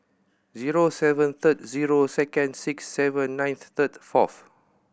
zero seven three zero two six seven nine three four